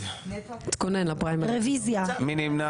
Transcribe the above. מי נמנע?